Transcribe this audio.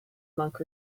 monk